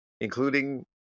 including